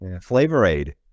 Flavor-Aid